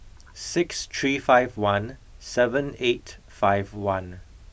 six three five one seven eight five one